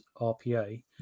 RPA